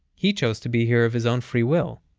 he chose to be here of his own free will.